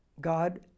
God